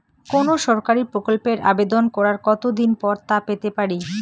কোনো সরকারি প্রকল্পের আবেদন করার কত দিন পর তা পেতে পারি?